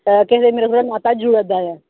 ते केह् आक्खदे मेरे आस्तै जुड़ा दा ऐ